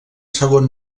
segon